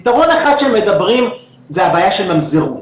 פתרון אחד שהם מדברים עליו, זה הבעיה של ממזרות.